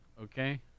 okay